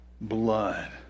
blood